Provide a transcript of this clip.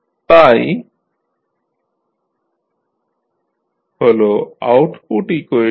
তাই হল output equation